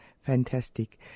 Fantastic